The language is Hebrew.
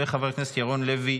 חבר הכנסת ירון לוי,